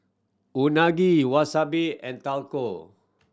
Unagi Wasabi and Taco